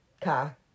car